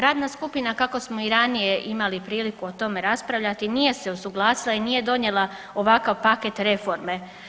Radna skupina kako smo i ranije imali priliku o tome raspravljati nije se usuglasila i nije donijela ovakav paket reforme.